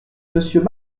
monsieur